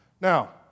Now